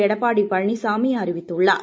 எடப்பாடி பழனிசாமி அறிவித்துள்ளார்